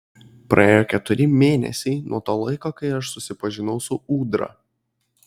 praėjo keturi mėnesiai nuo to laiko kai aš susipažinau su ūdra